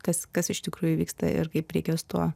kas kas iš tikrųjų vyksta ir kaip reikia su tuo